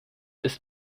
ist